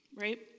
right